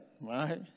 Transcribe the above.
right